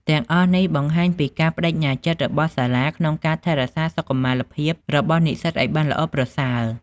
ទាំងអស់នេះបង្ហាញពីការប្តេជ្ញាចិត្តរបស់សាលាក្នុងការថែរក្សាសុខុមាលភាពរបស់និស្សិតឱ្យបានល្អប្រសើរ។